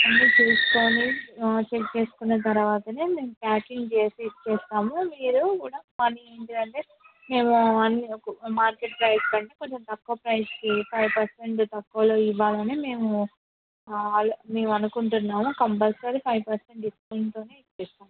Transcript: అన్నీ చూసుకుని చెక్ చేసుకున్న తరవాత మేము ప్యాకింగ్ చేసి ఇస్తాము మీరు కూడా అన్నీ ఏంటంటే అన్నీ మార్కెట్ ప్రైస్ కంటే కొంచెం తక్కువ ప్రైస్కి ఫైవ్ పెర్సెంట్ తక్కువలో ఇవ్వాలని మేము ఆ ఆలో మేము అనుకుంటున్నాము కంపల్సరీ ఫైవ్ పెర్సెంట్ డిస్కౌంట్తో ఇస్తాము మేడం